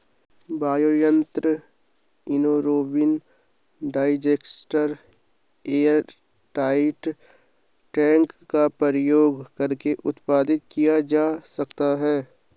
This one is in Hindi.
बायोगैस संयंत्र एनारोबिक डाइजेस्टर एयरटाइट टैंक का उपयोग करके उत्पादित किया जा सकता है